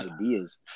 ideas